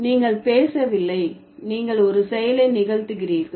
நீங்கள் பேசவில்லை நீங்கள் ஒரு செயலை நிகழ்த்துகிறீர்கள்